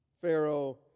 Pharaoh